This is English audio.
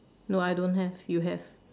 no I don't have you have